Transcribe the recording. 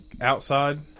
outside